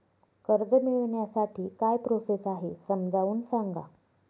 कर्ज मिळविण्यासाठी काय प्रोसेस आहे समजावून सांगा